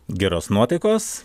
geros nuotaikos